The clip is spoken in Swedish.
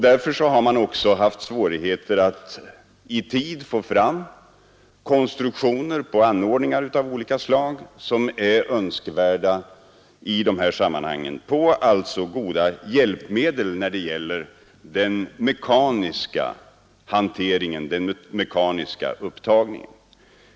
Därför har man också haft svårigheter att i tid få fram konstruktioner och anordningar av olika slag som är önskvärda i dessa sammanhang för att åstadkomma goda hjälpmedel när det gäller den mekaniska upptagningen.